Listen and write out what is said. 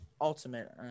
Ultimate